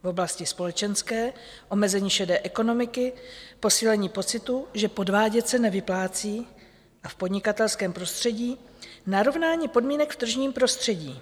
V oblasti společenské omezení šedé ekonomiky, posílení pocitu, že podvádět se nevyplácí, a v podnikatelském prostředí narovnání podmínek v tržním prostředí.